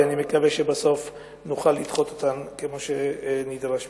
ואני מקווה שבסוף נוכל לדחות אותן כמו שנדרש מאתנו.